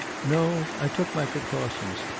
no, i took my precautions,